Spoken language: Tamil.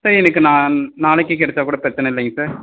சார் எனக்கு நா நாளைக்கே கிடச்சாக்கூட பிரச்சனை இல்லைங்க சார்